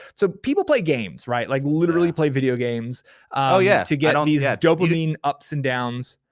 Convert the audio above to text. so people play games, right? like literally play video games ah yeah to get um these yeah dopamine ups and downs.